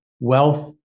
Wealth